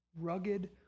rugged